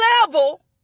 level